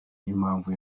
n’impamvu